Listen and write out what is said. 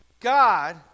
God